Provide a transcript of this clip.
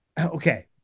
okay